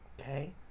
okay